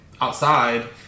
outside